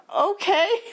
okay